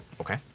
Okay